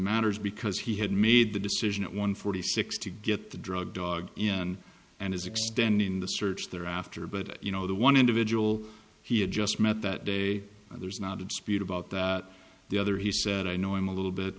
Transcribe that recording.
matters because he had made the decision at one forty six to get the drug dog in and is extending the search thereafter but you know the one individual he had just met that day there's not a dispute about the other he said i know him a little bit